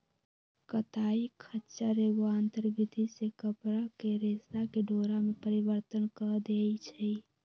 कताई खच्चर एगो आंतर विधि से कपरा के रेशा के डोरा में परिवर्तन कऽ देइ छइ